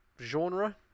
genre